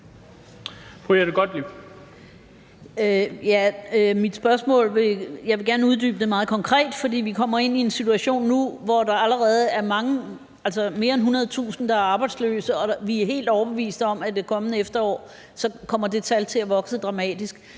mit spørgsmål meget konkret, fordi vi kommer ind i en situation nu, hvor der allerede er mange, altså mere end 100.000, der er arbejdsløse, og vi er helt overbeviste om, at det tal kommer til at vokse dramatisk